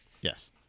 Yes